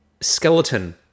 skeleton